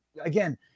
again